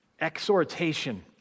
exhortation